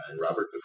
Robert